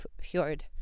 Fjord